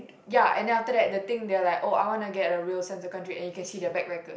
ya and then after that the thing they are like oh I want to get a real sense of country and you can see their bad record